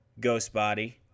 Ghostbody